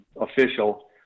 official